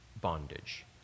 bondage